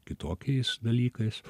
kitokiais dalykais